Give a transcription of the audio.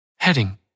Heading –